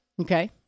Okay